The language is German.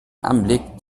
anblick